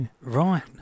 Right